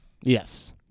Yes